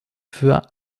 für